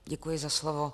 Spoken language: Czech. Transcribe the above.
Děkuji za slovo.